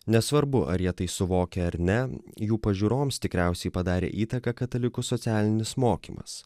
nesvarbu ar jie tai suvokia ar ne jų pažiūroms tikriausiai padarė įtaką katalikų socialinis mokymas